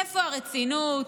איפה הרצינות?